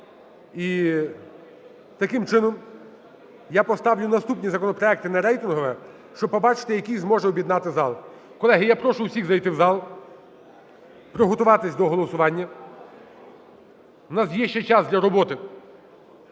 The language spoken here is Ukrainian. І, таким чином, я поставлю наступні законопроекти на рейтингове, щоб побачити, який зможе об'єднати зал. Колеги, я прошу усіх зайти в зал, приготуватися до голосування. В нас є ще час для роботи.